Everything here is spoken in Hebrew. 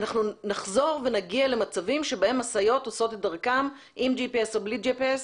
אנחנו נחזור ונגיע למצבים שבהם משאיות עושות את דרכן עם GPS או בלי GPS,